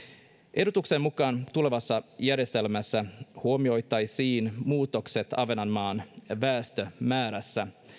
ehdotuksen mukaan tulevassa järjestelmässä huomioitaisiin muutokset ahvenanmaan väestömäärässä